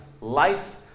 life